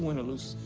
win or lose,